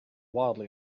wildly